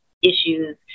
issues